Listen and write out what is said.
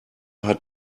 hat